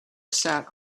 sat